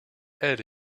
elle